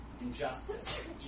injustice